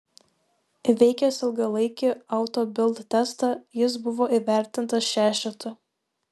įveikęs ilgalaikį auto bild testą jis buvo įvertintas šešetu